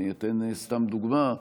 אתן סתם דוגמה: